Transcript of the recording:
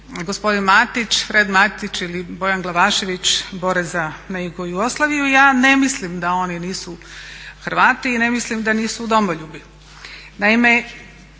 gospodin Fred Matić ili Bojan Glavašević bore za … Jugoslaviju i ja ne mislim da oni nisu Hrvati i ne mislim da nisu domoljubi. Naime,